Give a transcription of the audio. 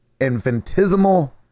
infinitesimal